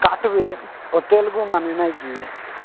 କାଟିବେ ହୋଟେଲ୍କୁ